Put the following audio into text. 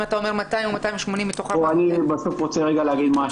אם אתה אומר בסביבות 280 -- אני רוצה להגיד משהו